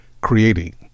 creating